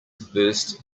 burst